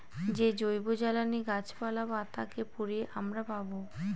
যে জৈবজ্বালানী গাছপালা, পাতা কে পুড়িয়ে আমরা পাবো